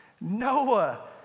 Noah